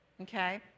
Okay